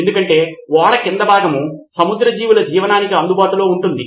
ఎందుకంటే ఓడ కింద భాగము సముద్ర జీవుల జీవనానికి అందుబాటులొ ఉంటుంది